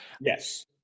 Yes